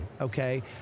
okay